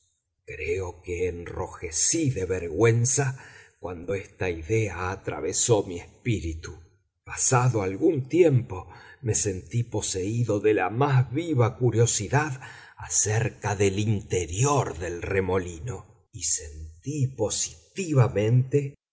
creo que enrojecí de vergüenza cuando esta idea atravesó mi espíritu pasado algún tiempo me sentí poseído de la más viva curiosidad acerca del interior del remolino y sentí positivamente